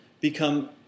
become